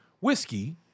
Whiskey